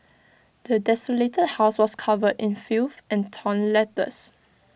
the desolated house was covered in filth and torn letters